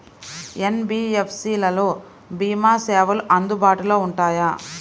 NBFC లలో భీమా సేవలు అందుబాటులో ఉంటాయా?